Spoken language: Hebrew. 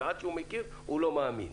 ועד שהוא מכיר הוא לא מאמין.